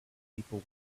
people